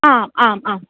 आ आम् आम्